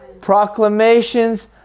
proclamations